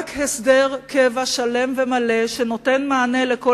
רק הסדר קבע שלם ומלא שנותן מענה לכל